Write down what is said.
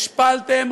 השפלתם,